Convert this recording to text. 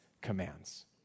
commands